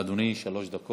בבקשה, אדוני, שלוש דקות.